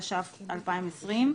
התש"ף-2020,